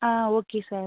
ah okay sir